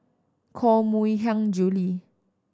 Koh Mui Hiang Julie